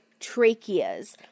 tracheas